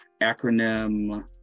acronym